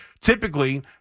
typically